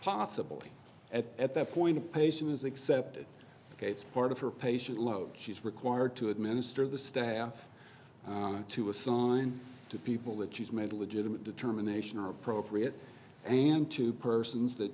possible at that point a patient has accepted it's part of her patient load she's required to administer the staff to assign to people that she's made a legitimate determination are appropriate and two persons that